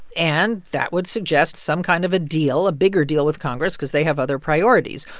and that would suggest some kind of a deal, a bigger deal, with congress because they have other priorities.